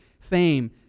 fame